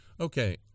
okay